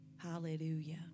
Hallelujah